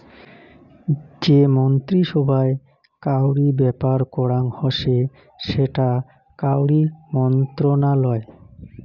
যে মন্ত্রী সভায় কাউরি ব্যাপার করাং হসে সেটা কাউরি মন্ত্রণালয়